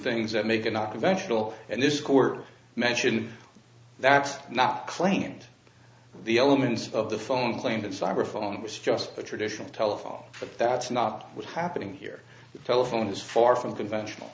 things that make it not conventional and this court mentioned that's not claimed the elements of the phone claim that cyber phone was just a traditional telephone but that's not what's happening here the telephone is far from conventional